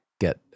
get